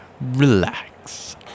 Relax